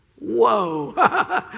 Whoa